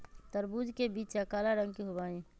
तरबूज के बीचा काला रंग के होबा हई